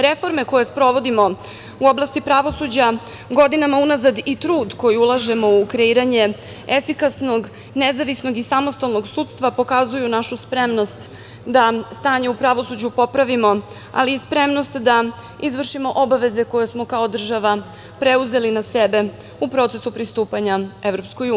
Reforme koje sprovodimo u oblasti pravosuđa godinama unazad i trud koji ulažemo u kreiranje efikasnog, nezavisnog i samostalnog sudstva, pokazuju našu spremnost da stanje u pravosuđu popravimo, ali i spremnost da izvršimo obaveze koje smo kao država preuzeli na sebe u procesu pristupanja EU.